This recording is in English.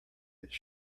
its